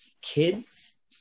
kids